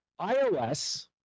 iOS